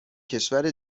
کشور